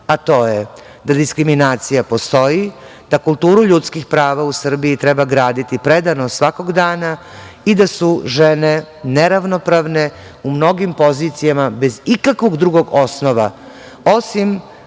a to je da diskriminacija postoji, da kulturu ljudskih prava u Srbiji treba graditi predano svakog dana i da su žene neravnopravne u mnogim pozicijama, bez ikakvog drugog osnova, osim